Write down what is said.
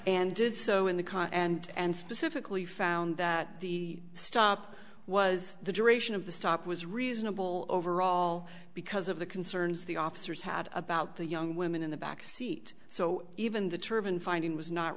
and did so in the car and and specifically found that the stop was the duration of the stop was reasonable overall because of the concerns the officers had about the young women in the back seat so even the turban finding was not